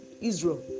Israel